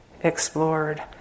explored